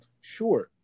sure